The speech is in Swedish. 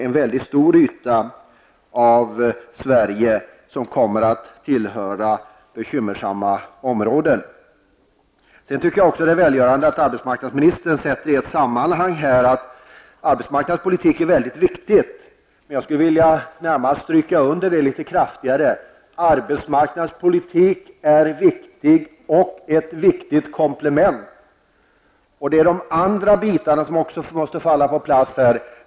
En mycket stor del av Sveriges yta kommer att utgöra bekymmersamma områden. Det är välgörande att arbetsmarknadsministern säger att arbetsmarknadspolitiken är någonting mycket viktigt. Jag skulle vilja understryka det litet kraftigare och säga att arbetsmarknadspolitiken är viktig och att den är ett viktigt komplement till andra politikområden. Även de andra bitarna måste falla på plats.